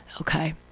Okay